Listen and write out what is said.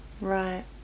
Right